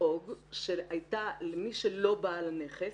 לדאוג למי שלא בעל הנכס.